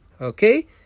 okay